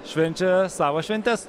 švenčia savo šventes